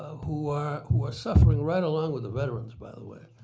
who are who are suffering right along with veterans by the way.